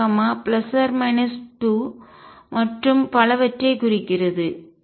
nx0±1±2 மற்றும் பலவற்றைக் குறிக்கிறது